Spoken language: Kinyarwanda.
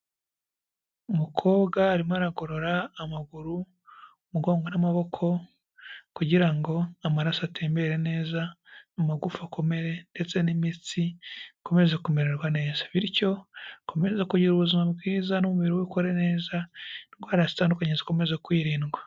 Umukobwa arimo aragorora amaguru, umugongo, n'amaboko kugira ngo amaraso atembere neza, amagufa akomere, ndetse n'imitsi ikomeze kumererwa neza. Bityo akomeze kugira ubuzima bwiza n'umubiri we ukore neza, indwara zitandukanye zikomeze kwirindwa.